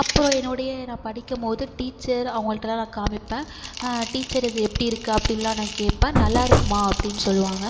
அப்பறம் என்னுடைய நான் படிக்கும்போது டீச்சர் அவங்கள்டலான் நான் காமிப்பேன் டீச்சர் இது எப்படி இருக்குது அப்படின்லான் நான் கேப்பேன் நல்லாயிருக்குமா அப்படின் சொல்லுவாங்க